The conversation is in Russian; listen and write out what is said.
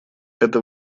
это